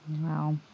Wow